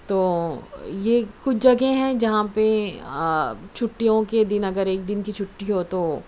تو یہ کچھ جگہیں جہاں پہ چھٹیوں کے دن اگر ایک دن کی چھٹی ہو تو